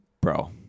Bro